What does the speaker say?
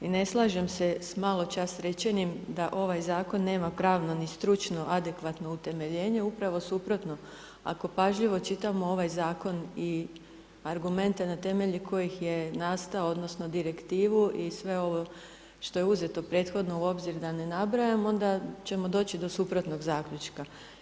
I ne slažem se s maločas rečenim, da ovaj zakon nema pravo ni stručno adekvatno utemeljenje, upravo suprotno, ako pažljivo čitamo ovaj zakon i argumente na temelju na kojih je nastao, odnosno direktivu i sve ovo što je uzeto prethodno u obzir da ne nabrajamo, onda ćemo doći do suprotnog zaključka.